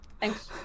Thanks